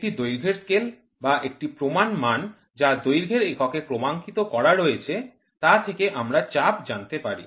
একটি দৈর্ঘ্যের স্কেল বা একটি প্রমাণ মান যা দৈর্ঘ্যের এককে ক্রমাঙ্কিত করা রয়েছে তা থেকে আমরা চাপ জানতে পারি